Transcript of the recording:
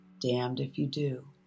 damned-if-you-do